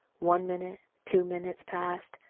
one minute, two minutes passed.